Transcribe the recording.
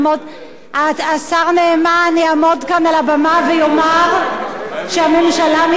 כאן על הבמה ויאמר שהממשלה מתנגדת.